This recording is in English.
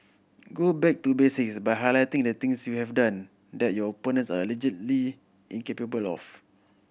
go back to basics by highlighting the things you have done that your opponents are allegedly incapable of